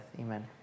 Amen